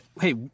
Hey